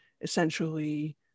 essentially